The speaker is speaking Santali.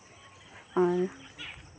ᱟᱨ